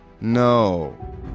No